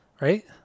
Right